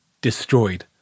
destroyed